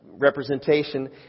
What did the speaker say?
representation